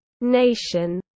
nation